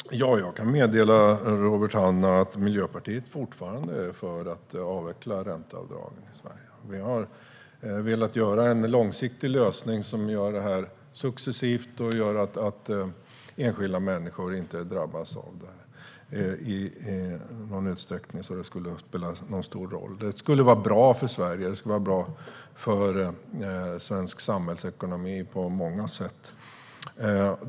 Herr talman! Jag kan meddela Robert Hannah att Miljöpartiet fortfarande är för att avveckla ränteavdragen i Sverige. Vi har velat ta fram en långsiktig lösning som gör det här successivt så att enskilda människor inte drabbas av det i en utsträckning som spelar någon stor roll. Det skulle vara bra för Sverige och för svensk samhällsekonomi på många sätt.